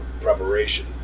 preparation